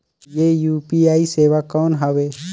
ये यू.पी.आई सेवा कौन हवे?